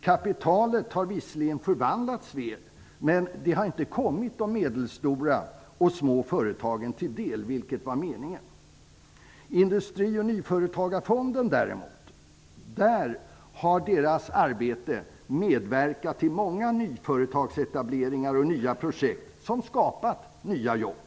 Kapitalet har visserligen förvaltats väl, men det har inte kommit de medelstora och små företagen till del, vilket var meningen. Industri och nyföretagarfondens arbete här däremot medverkat till många nyföretagsetableringar och nya projekt som inneburit nyskapade jobb.